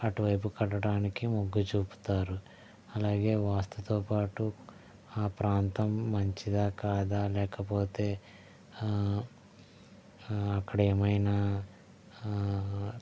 అటువైపు కట్టడానికి మొగ్గు చూపుతారు అలాగే వాస్తుతో పాటు ఆ ప్రాంతం మంచిదా కాదా లేకపోతే అక్కడ ఏమైనా